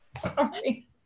Sorry